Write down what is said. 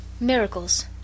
Miracles